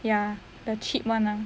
ya the cheap [one] ah